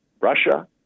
Russia